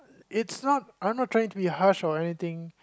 it's not I'm not trying to be hash or anything